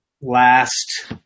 last